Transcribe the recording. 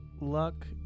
luck